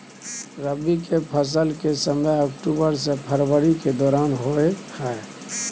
रबी फसल के समय अक्टूबर से फरवरी के दौरान होय हय